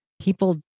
people